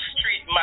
Street